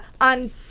on